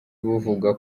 buvuga